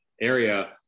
area